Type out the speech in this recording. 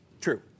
True